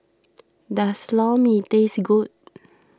does Lor Mee taste good